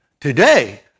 today